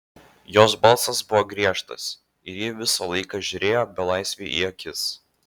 jos balsas buvo griežtas ir ji visą laiką žiūrėjo belaisviui į akis